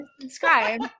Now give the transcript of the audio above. Subscribe